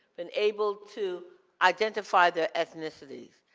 been able to identify their ethnicities.